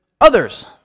others